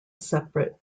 separate